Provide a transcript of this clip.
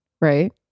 right